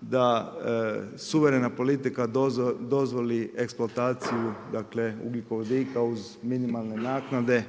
da suverena politika dozvoli eksploataciju dakle ugljikovodika uz minimalne naknade